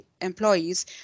employees